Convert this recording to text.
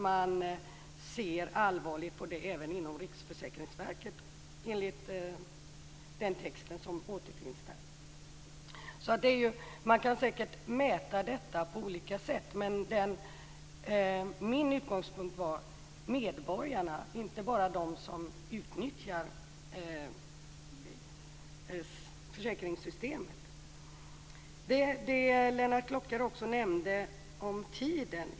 Man ser allvarligt på det även inom Riksförsäkringsverket, enligt den text som återfinns där. Man kan säkert mäta detta på olika sätt, men min utgångspunkt var medborgarna, inte bara de som utnyttjar försäkringssystemet. Lennart Klockare nämnde också tiden.